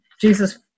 Jesus